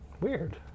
weird